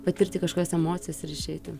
patirti kažkokias emocijas ir išeiti